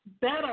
better